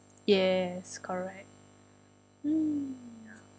yes correct hmm